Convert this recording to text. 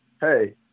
hey